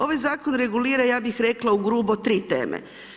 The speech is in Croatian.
Ovaj zakon regulira, ja bih rekla ugrubo tri teme.